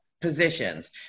positions